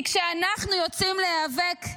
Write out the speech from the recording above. כי כשאני אנחנו יוצאים להיאבק,